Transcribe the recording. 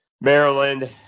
Maryland